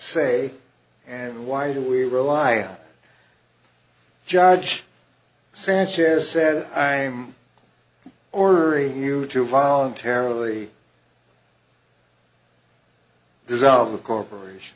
say and why do we rely on judge sanchez said i'm ordering you to voluntarily dissolve the corporation